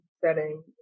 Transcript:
setting